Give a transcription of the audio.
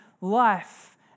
life